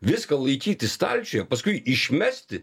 viską laikyti stalčiuje paskui išmesti